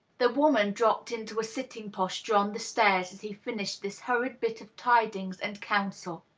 the woman dropped into a sitting posture on the stairs as he fin ished this hurried bit of tidings and counsel.